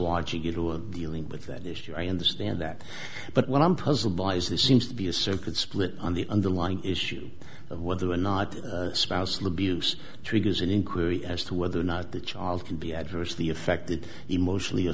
watching it on dealing with that issue i understand that but what i'm puzzled by is there seems to be a circuit split on the underlying issue of whether or not spousal abuse triggers an inquiry as to whether or not the child can be adversely affected emotionally